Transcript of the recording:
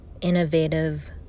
innovative